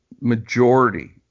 majority